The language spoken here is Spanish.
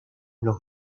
los